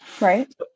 Right